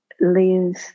live